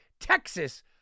Texas